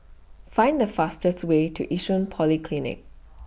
Find The fastest Way to Yishun Polyclinic